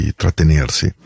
trattenersi